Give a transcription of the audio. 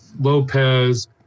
Lopez